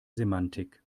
semantik